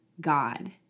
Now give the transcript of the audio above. God